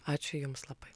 ačiū jums labai